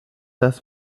das